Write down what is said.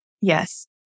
Yes